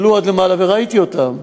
יעלו עד למעלה, וראיתי אותם.